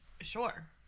Sure